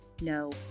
no